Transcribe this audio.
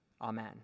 Amen